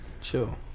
Chill